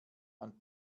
man